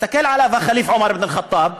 הסתכל עליו הח'ליף אבן אל-ח'טאב,